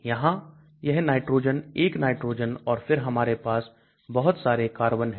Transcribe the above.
यहां यह nitrogen 1 nitrogen और फिर हमारे पास बहुत सारे कार्बन हैं